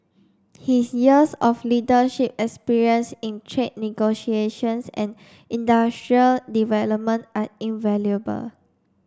his years of leadership experience in trade negotiations and industrial development are invaluable